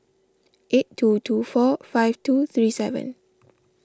eight two two four five two three seven